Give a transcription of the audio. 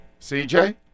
CJ